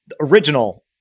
original